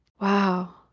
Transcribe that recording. Wow